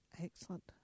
Excellent